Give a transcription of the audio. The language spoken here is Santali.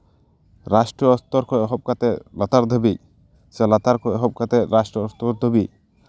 ᱨᱟᱥᱴᱨᱚ ᱥᱛᱚᱨ ᱠᱷᱚᱱ ᱮᱦᱚᱵ ᱠᱟᱛᱮᱫ ᱞᱟᱛᱟᱨ ᱫᱷᱟᱹᱵᱤᱡ ᱥᱮ ᱞᱟᱛᱟᱨ ᱠᱷᱚᱱ ᱮᱦᱚᱵ ᱠᱟᱛᱮᱫ ᱨᱟᱥᱴᱨᱚ ᱥᱛᱚᱨ ᱫᱷᱟᱹᱵᱤᱡ